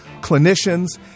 clinicians